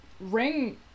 ring